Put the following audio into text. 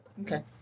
Okay